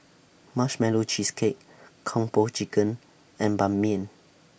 Marshmallow Cheesecake Kung Po Chicken and Ban Mian